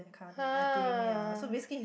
[huh]